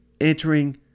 entering